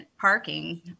parking